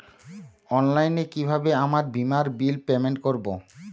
অনলাইনে কিভাবে আমার বীমার বিল পেমেন্ট করবো?